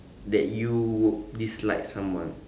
that you would dislike someone